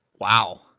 Wow